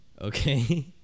Okay